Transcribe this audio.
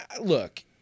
look